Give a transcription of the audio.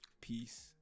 peace